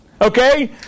okay